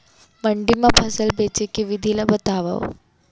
मंडी मा फसल बेचे के विधि ला बतावव?